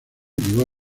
llego